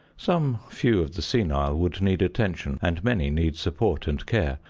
some few of the senile would need attention, and many need support and care,